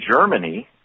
germany